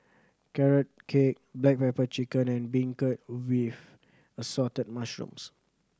Carrot Cake black pepper chicken and beancurd with Assorted Mushrooms